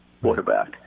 quarterback